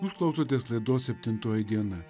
jūs klausotės laidos septintoji diena